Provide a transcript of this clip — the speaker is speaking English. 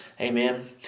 Amen